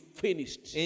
finished